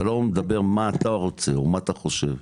אתה לא מדבר מה אתה רוצה או מה אתה חושב,